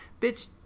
Bitch